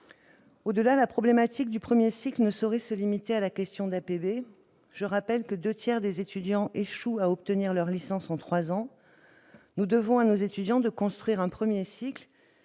largement, la problématique du premier cycle ne saurait se limiter à la question d'APB. Je rappelle que deux tiers des étudiants échouent à obtenir leur licence en trois ans. Nous devons à nos étudiants d'édifier un premier cycle